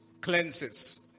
cleanses